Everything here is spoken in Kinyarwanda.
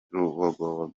rugobagoba